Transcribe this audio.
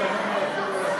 שנייה אחת.